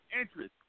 interest